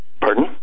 pardon